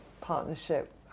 partnership